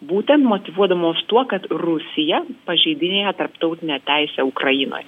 būtent motyvuodamos tuo kad rusija pažeidinėja tarptautinę teisę ukrainoj